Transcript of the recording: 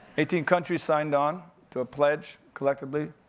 eighteen countries signed on to a pledge, collectively,